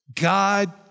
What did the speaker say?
God